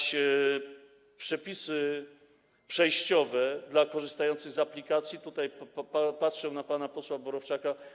Jeśli chodzi o przepisy przejściowe dla korzystających z aplikacji - tutaj patrzę na pana posła Borowczaka.